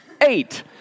Eight